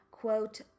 quote